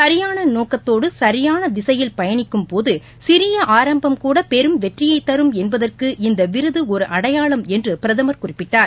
சரியான நோக்கத்தோடு சரியான திசையில் பயணிக்கும்போது சிறிய ஆரம்பம் கூட பெரும் வெற்றியை தரும் என்பதற்கு இந்த விருது ஒரு அடையாளம் என்று பிரதமர் குறிப்பிட்டார்